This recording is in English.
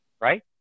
right